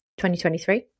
2023